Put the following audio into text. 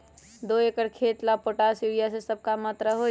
दो एकर खेत के ला पोटाश, यूरिया ये सब का मात्रा होई?